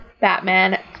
Batman